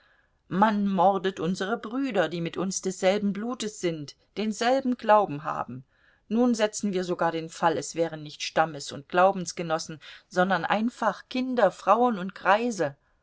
man mordet unsere brüder die mit uns desselben blutes sind denselben glauben haben nun setzen wir sogar den fall es wären nicht stammes und glaubensgenossen sondern einfach kinder frauen und greise